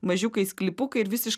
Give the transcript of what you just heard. mažiukai sklypukai ir visiš